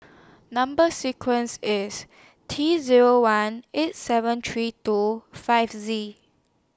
Number sequence IS T Zero one eight seven three two five Z